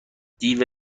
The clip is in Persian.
دیو